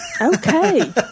Okay